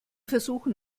versuchen